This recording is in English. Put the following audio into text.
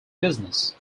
business